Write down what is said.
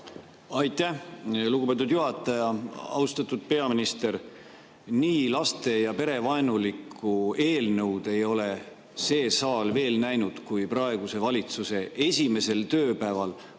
Aitäh, lugupeetud juhataja! Austatud peaminister! Nii laste- ja perevaenulikku eelnõu ei ole see saal veel näinud kui praeguse valitsuse esimesel tööpäeval